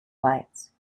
lights